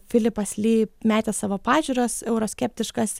filipas ly metė savo pažiūras euroskeptiškas